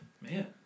Man